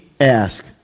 ask